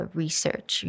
research